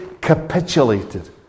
capitulated